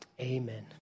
amen